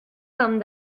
comme